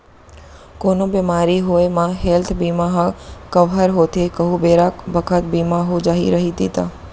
कोनो बेमारी होये म हेल्थ बीमा ह कव्हर होथे कहूं बेरा बखत बीमा हो जाही रइही ता